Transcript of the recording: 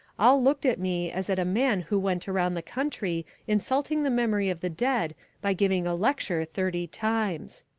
all looked at me as at a man who went around the country insulting the memory of the dead by giving a lecture thirty times.